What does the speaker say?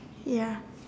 ya